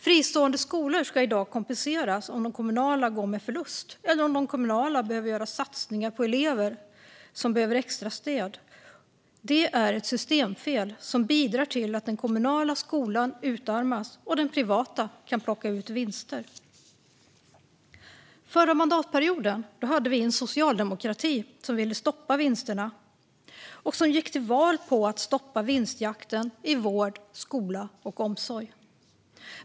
Fristående skolor ska i dag kompenseras om de kommunala går med förlust eller behöver göra satsningar på elever som behöver extra stöd. Detta är ett systemfel som bidrar till att den kommunala skolan utarmas och den privata kan plocka ut vinster. Förra mandatperioden hade vi en socialdemokrati som ville stoppa vinsterna och gick till val på att stoppa vinstjakten i vård, skola och omsorg.